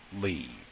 leave